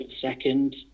second